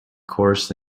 course